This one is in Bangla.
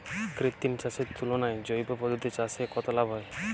কৃত্রিম চাষের তুলনায় জৈব পদ্ধতিতে চাষে কত লাভ হয়?